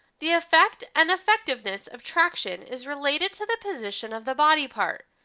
the effect and effectiveness of traction is related to the position of the body part,